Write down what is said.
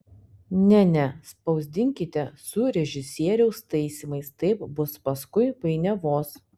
ne ne spausdinkite su režisieriaus taisymais taip bus paskui painiavos